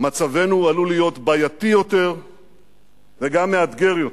מצבנו עלול להיות בעייתי יותר וגם מאתגר יותר.